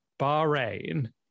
Bahrain